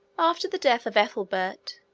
after the death of ethelbert,